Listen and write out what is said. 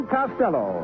Costello